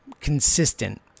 consistent